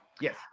yes